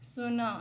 ଶୂନ